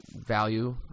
value